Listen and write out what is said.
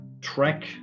track